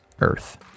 earth